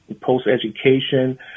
post-education